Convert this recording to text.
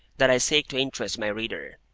that i seek to interest my reader.